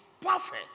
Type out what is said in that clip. perfect